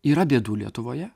yra bėdų lietuvoje